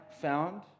found